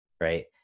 Right